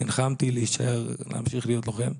ונלחמתי להמשיך להיות לוחם.